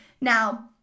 Now